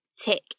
tick